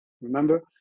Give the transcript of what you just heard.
Remember